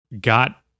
got